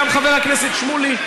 חבר הכנסת שמולי,